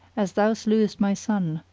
as thou slewest my son,